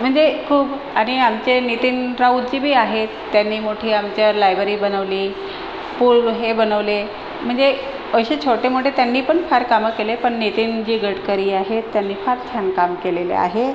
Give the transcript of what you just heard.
म्हणजे खूप आणि आमचे नितीन राऊतजीबी आहेत त्यांनी मोठे आमच्या लायबरी बनवली पूल हे बनवले म्हणजे अशे छोटेमोठे त्यांनीपण फार कामं केलेत पण नितीनजी गडकरी आहेत त्यांनी फार छान काम केलेले आहे